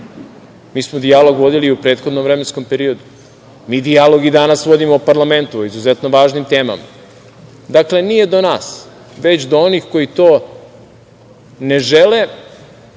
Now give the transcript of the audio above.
Mi smo dijalog vodili i u prethodnom vremenskom periodu. Mi dijalog i danas vodimo u parlamentu, o izuzetno važnim temama. Dakle, nije do nas, već do onih koji to ne žele